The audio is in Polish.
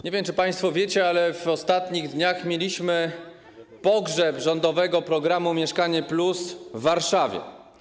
Nie wiem, czy państwo wiecie, ale w ostatnich dniach mieliśmy pogrzeb rządowego programu ˝Mieszkanie+˝ w Warszawie.